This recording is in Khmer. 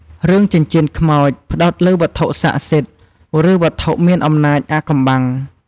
រឿង ចិញ្ចៀនខ្មោច ផ្ដោតលើវត្ថុស័ក្តិសិទ្ធិ ឬវត្ថុមានអំណាចអាថ៌កំបាំង។